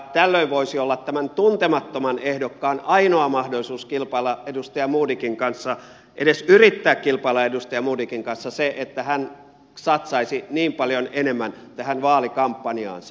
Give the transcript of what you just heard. tällöin voisi olla tämän tuntemattoman ehdokkaan ainoa mahdollisuus kilpailla edustaja modigin kanssa edes yrittää kilpailla edustaja modigin kanssa se että hän satsaisi niin paljon enemmän tähän vaalikampanjaansa